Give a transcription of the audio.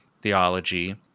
theology